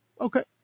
Okay